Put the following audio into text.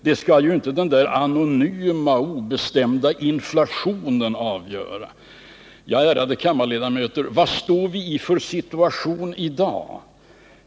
Det skall inte den anonyma och obestämda inflationen avgöra. Ja, ärade kammarledamöter, vad står vi i för situation i dag?